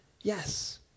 Yes